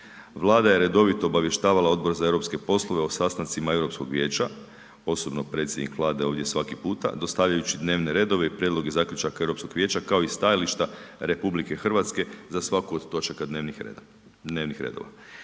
Vlada je redovito obavještavala Odbor za europske poslove o sastancima Europskog vijeća, osobno predsjednik Vlade svaki puta, dostavljajući dnevne redove i prijedloge zaključaka Europskog vijeća kao i stajališta RH za svaku od točaka dnevnih redova.